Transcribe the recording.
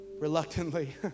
reluctantly